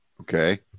okay